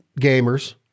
gamers